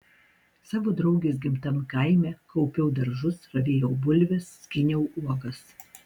savo draugės gimtam kaime kaupiau daržus ravėjau bulves skyniau uogas